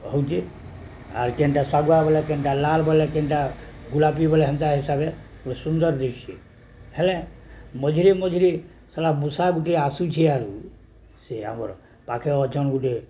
ହେଉଛେ ଆର୍ କେନ୍ଟା ଶାଗୁଆ ବୋଲେ କେନ୍ଟା ଲାଲ ବୋଲେ କେନ୍ଟା ଗୁଲାପି ବୋଲେ ହେନ୍ତା ହିସାବରେ ଗୋଟେ ସୁନ୍ଦର ଦିଶୁଛେଁ ହେଲେ ମଝିରେ ମଝିରେ ସେଟା ମୂଷା ଗୁଟେ ଆସୁଛି ଆରୁ ସେ ଆମର ପାଖେ ଅଛନ୍ ଗୁଟେ